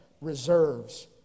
reserves